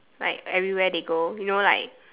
like everywhere they go you know like